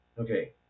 Okay